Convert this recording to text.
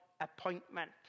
appointment